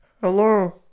Hello